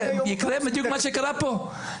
יקרה בדיוק מה שקרה פה.